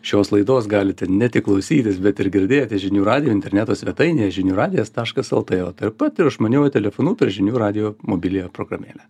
šios laidos galite ne tik klausytis bet ir girdėti žinių radijo interneto svetainėje žinių radijas taškas lt o taip pat ir išmaniuoju telefonu per žinių radijo mobiliąją programėlę